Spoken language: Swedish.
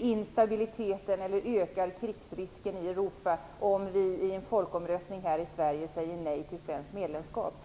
instabiliteten eller ökar krigsrisken i Europa om vi i en folkomröstning här i Sverige säger nej till svenskt medlemskap.